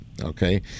Okay